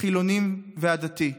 החילוני והדתי.